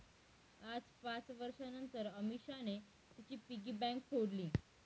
आज पाच वर्षांनतर अमीषाने तिची पिगी बँक फोडली